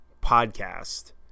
podcast